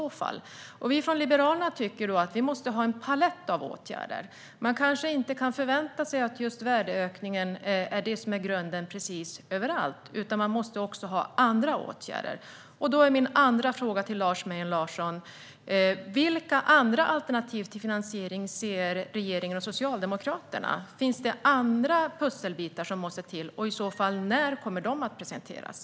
Vi i Liberalerna tycker att det ska finnas en palett av åtgärder. Vi kan inte förvänta oss att värdeökningen är grunden precis överallt. Det måste också finnas andra åtgärder. Vilka andra alternativ till finansiering ser regeringen och Socialdemokraterna? Finns det andra pusselbitar som måste till? När kommer de i så fall att presenteras?